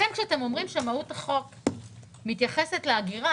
לכן כשאתם אומרים שמהות החוק מתייחסת להגירה,